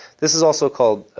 this is also called,